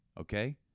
Okay